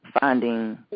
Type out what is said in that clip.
finding